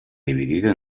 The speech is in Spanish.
dividido